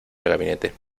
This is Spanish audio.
gabinete